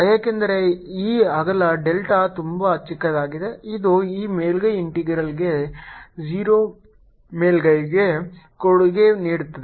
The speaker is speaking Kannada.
ಏಕೆಂದರೆ ಈ ಅಗಲ ಡೆಲ್ಟಾ ತುಂಬಾ ಚಿಕ್ಕದಾಗಿದೆ ಇದು ಈ ಮೇಲ್ಮೈ ಇಂಟೆಗ್ರಾಲ್ಗೆ 0 ಮೇಲ್ಮೈಗೆ ಕೊಡುಗೆ ನೀಡುತ್ತದೆ